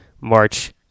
March